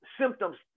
symptoms